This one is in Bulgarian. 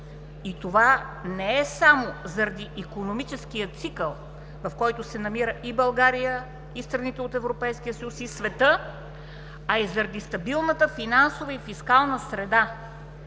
и това не е само заради икономическия цикъл, в който се намира България, страните от Европейския съюз и света, а и заради стабилната финансова и фискална среда,